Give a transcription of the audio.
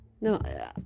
no